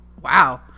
wow